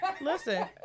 listen